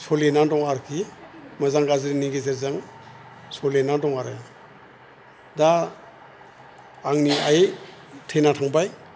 सोलिनानै दङ आरिखि मोजां गाज्रिनि गेजेरजों सोलिनानै दङ आरो दा आंनि आइ थैना थांबाय